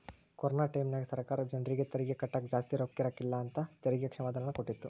corona ಟೈಮ್ಯಾಗ ಸರ್ಕಾರ ಜರ್ನಿಗೆ ತೆರಿಗೆ ಕಟ್ಟಕ ಜಾಸ್ತಿ ರೊಕ್ಕಿರಕಿಲ್ಲ ಅಂತ ತೆರಿಗೆ ಕ್ಷಮಾದಾನನ ಕೊಟ್ಟಿತ್ತು